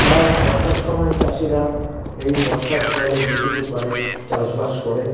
তাও বর্ষার সময় চাষিরা এই বর্ষার জলে যেটুকু পারে চাষবাস করে